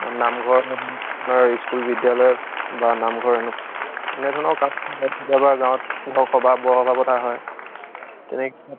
নামঘৰত বা স্কুল বিদ্য়ালয়ত বা নামঘৰ এনেকুৱা এনেধৰণৰ কাম কিছুমান হয় গাঁৱত কেতিয়াবা গাঁৱত ধৰক সভা বৰ সভা পতা হয় তেনে